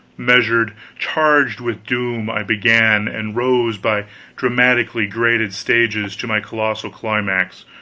measured, charged with doom, i began, and rose by dramatically graded stages to my colossal climax,